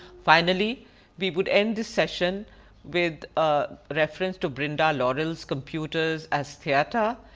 finally we would end this session with reference to brenda laurel's computers as theatre,